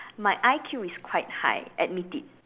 my I_Q is quite high admit it